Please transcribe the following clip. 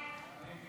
ההצעה